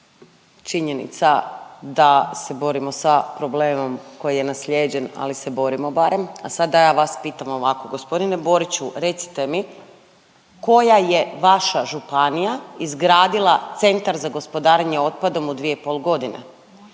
činjenica da se borimo sa problemom koji je naslijeđen, ali se borimo barem, a sad da ja vas pitam, ovako, g. Boriću, recite mi, koja je vaša županija izgradila centar za gospodarenje otpadom u 2,5 godine?